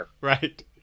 Right